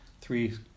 three